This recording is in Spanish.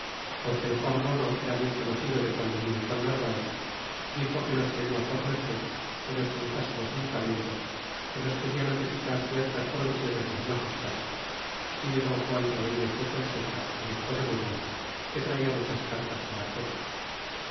porque el juan bono era muy conocido de guando vino con narvaez dixo que nos pedia por merced que nos juntásemos en cabildo que nos quena notificar ciertas provisiones de su magestad y de don juan rodriguez de fonseca obispo de burgos que traia muchas cartas para todos